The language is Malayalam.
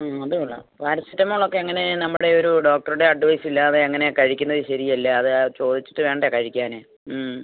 മ് അതുകൊള്ളാം പാരസെറ്റാമോളോക്കെ എങ്ങനെ നമ്മുടെ ഒരു ഡോക്ടറിൻ്റെ അഡ്വൈസില്ലാതെ അങ്ങനെ കഴിക്കുന്നത് ശരിയല്ല അത് ചോദിച്ചിട്ടു വേണ്ടേ കഴിക്കാന് മ്